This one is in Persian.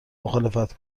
مخالفت